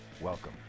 welcome